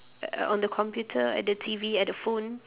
the on the computer at the T_V at the phone